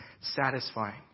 satisfying